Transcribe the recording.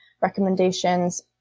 recommendations